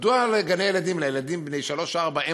מדוע לגני-ילדים לילדים בני שלוש ארבע,